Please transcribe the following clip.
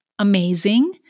Amazing